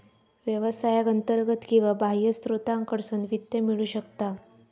व्यवसायाक अंतर्गत किंवा बाह्य स्त्रोतांकडसून वित्त मिळू शकता